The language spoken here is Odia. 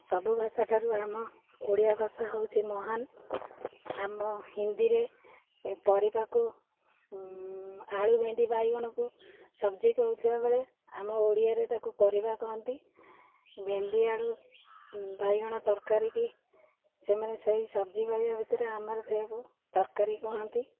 ସବୁ ଭାଷା ଠାରୁ ଆମ ଓଡ଼ିଆ ଭାଷା ହେଉଛି ମହାନ ଆମ ହିନ୍ଦୀରେ ପରିବାକୁ ଆଳୁ ଭେଣ୍ଡି ବାଇଗଣକୁ ସବଜି କହୁଥିବା ବେଳେ ଆମ ଓଡ଼ିଆରେ ତାକୁ ପରିବା କହନ୍ତି ଭେଣ୍ଡି ଆଳୁ ବାଇଗଣ ତରକାରିକୁ ସେମାନେ ସେଇ ସବଜି କରିବା ଭିତରେ ଆମର ସେକୁ ତରକାରୀ କୁହନ୍ତି